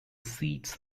seats